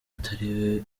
atari